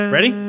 Ready